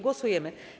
Głosujemy.